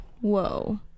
Whoa